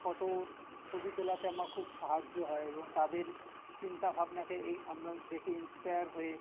ফোটোর ছবি তোলাতে আমার খুব সাহায্য হয় এবং তাদের চিন্তা ভাবনাকে এই আমরা দেখে ইন্সপায়ার হয়ে